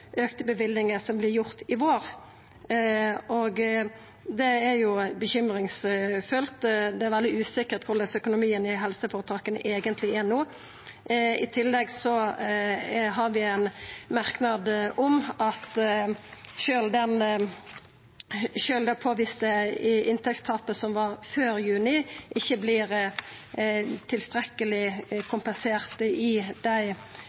som vart gjord i vår. Det er urovekkjande. Det er veldig usikkert korleis økonomien i helseføretaka eigentleg er no. I tillegg har vi ein merknad om at sjølv det påviste inntektstapet som var før juni, ikkje vert tilstrekkeleg kompensert i den kompensasjonen som var gitt før juni.